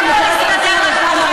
והכול יסתדר לך בחיים,